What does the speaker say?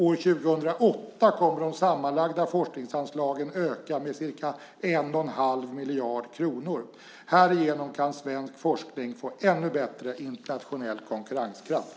År 2008 kommer de sammanlagda forskningsanslagen att öka med ca 1,5 miljarder kronor. Härigenom kan svensk forskning få ännu bättre internationell konkurrenskraft.